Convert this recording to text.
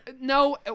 no